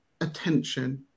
attention